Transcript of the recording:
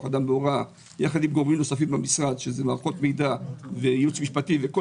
אדם בהוראה יחד עם גורמים נוספים במשרד שזה מערכות מידע וייעוץ משפטי וכל